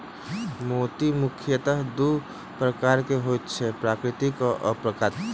मोती मुखयतः दू प्रकारक होइत छै, प्राकृतिक आ अप्राकृतिक